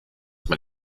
man